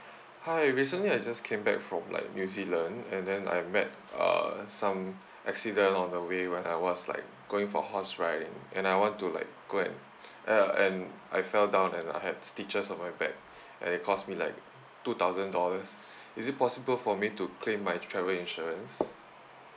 hi recently I just came back from like new zealand and then I met uh some accident on the way when I was like going for horse riding and I want to like go and uh and I fell down and I had stitches on my back and it cost me like two thousand dollars is it possible for me to claim my travel insurance